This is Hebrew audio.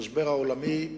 שבמשבר העולמי,